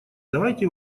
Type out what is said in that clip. давайте